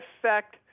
affect